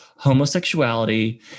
Homosexuality